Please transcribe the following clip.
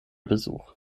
besuch